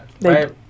right